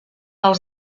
els